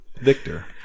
Victor